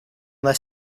their